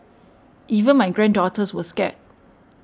even my granddaughters were scared